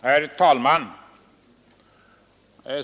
Herr talman!